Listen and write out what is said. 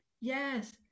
Yes